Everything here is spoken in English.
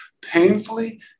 Painfully